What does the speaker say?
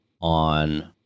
on